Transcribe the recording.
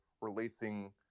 releasing